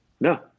No